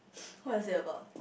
what is it about